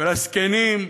ולזקנים,